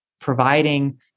providing